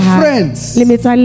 friends